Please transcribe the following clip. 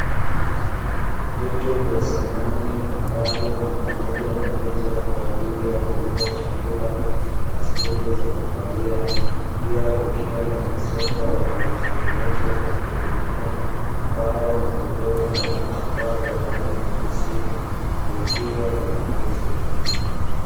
Vitu vya samani, ambavyo ni pamoja na meza kwa ajili ya kulia chakula na stuli za kukalia, pia kukiwa na masofa yaliyotengenezwa kwa kutumia mbao, magodoro na vitambaa vya rangi nyeusi, vikiwa vinauzwa.